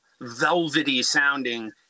velvety-sounding